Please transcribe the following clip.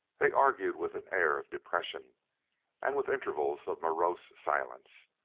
they argued with an air of depression and with intervals of morose silence.